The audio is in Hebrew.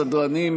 הסדרנים,